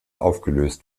aufgelöst